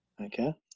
okay